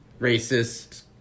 racist